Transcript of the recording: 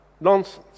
nonsense